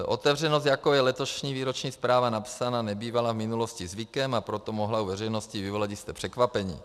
Otevřenost, s jakou je letošní výroční zpráva napsána, nebývala v minulosti zvykem, a proto mohla u veřejnosti vyvolat jisté překvapení.